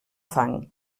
fang